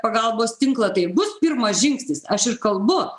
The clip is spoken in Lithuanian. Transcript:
pagalbos tinklą tai bus pirmas žingsnis aš ir kalbu